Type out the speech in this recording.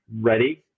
ready